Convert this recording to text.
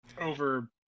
Over